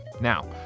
Now